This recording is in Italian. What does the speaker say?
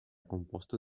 composta